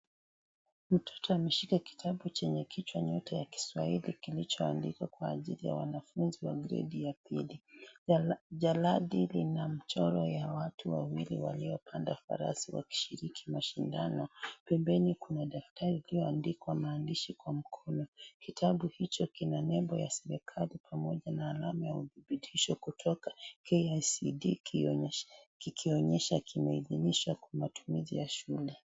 Mtoto ameshika kitabu chenye kichwa, nyota ya kiswahili, kilicho andikwa kwa ajili ya wanafunzi wa gredi ya pili, jala, jaladi lina mchoro ya watu wawili walio panda farasi wakishiriki mashindano, pembeni kuna daftari ilioandikwa maandishi kwa mkono, kitabu hicho kina nembo ya serekali pamoja na alama ya uthibitisho kutoka, KICD, kionyesha, kilionyesha kimeithinishwa kwa matumizi ya shule.